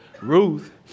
Ruth